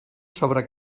sobre